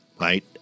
right